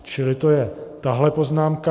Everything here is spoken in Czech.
Čili to je tahle poznámka.